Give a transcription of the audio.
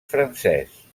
francès